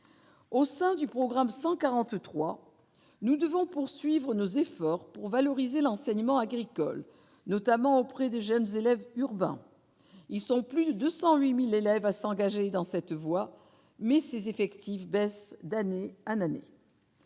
Au sein du programme 143 nous devons poursuivre nos efforts pour valoriser l'enseignement agricole, notamment auprès de jeunes élèves urbain, ils sont plus de 108000 élèves à s'engager dans cette voie, mais ses effectifs baissent d'année en année